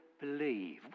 believe